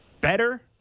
better